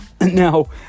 Now